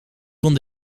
kon